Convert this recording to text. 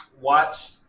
watched